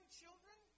children